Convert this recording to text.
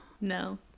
no